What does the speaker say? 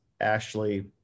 Ashley